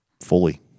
Fully